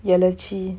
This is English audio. elegy